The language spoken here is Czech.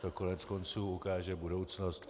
To koneckonců ukáže budoucnost.